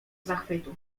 zachwytu